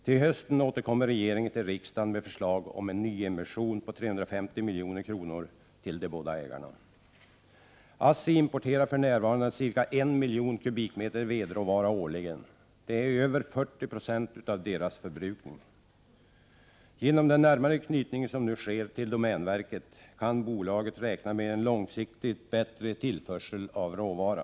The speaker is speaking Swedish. Till hösten återkommer regeringen till riksdagen med förslag om en nyemission om 350 milj.kr. till de båda ägarna. ASSlI importerar för närvarande ca 1 miljon kubikmeter vedråvara årligen. Det motsvarar över 40 90 av bolagets förbrukning. Genom den närmare knytningen till domänverket kan bolaget räkna med en långsiktigt bättre tillförsel av råvara.